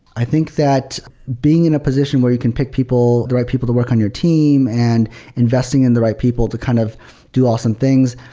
i think that being in a position where you can pick people, the right people to work on your team and investing in the right people to kind of do awesome things,